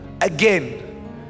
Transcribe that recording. again